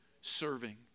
serving